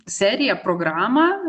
seriją programą